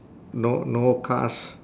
no no cars